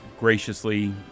graciously